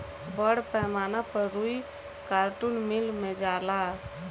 बड़ पैमाना पर रुई कार्टुन मिल मे जाला